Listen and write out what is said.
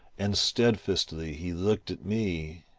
and stedfastly he looked at me.